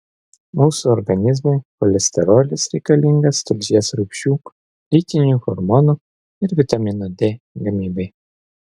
mūsų organizmui cholesterolis reikalingas tulžies rūgščių lytinių hormonų ir vitamino d gamybai